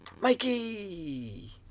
Mikey